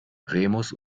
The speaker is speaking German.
remus